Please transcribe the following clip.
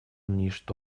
ничто